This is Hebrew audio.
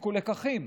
הפיקו לקחים.